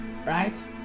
right